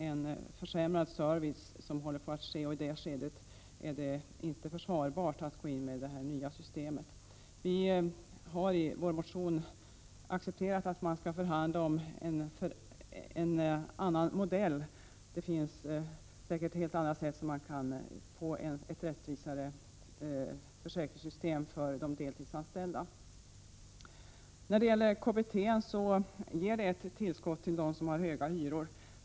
En försämring av servicen håller på att ske, och i det läget är det inte försvarbart att införa det här nya systemet. Vi har i vår motion accepterat att man skall förhandla om en annan modell. Det går säkert att på ett helt annat sätt få ett rättvisare försäkringssystem för de deltidsanställda. KBT ger ett tillskott för dem som har höga hyror.